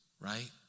right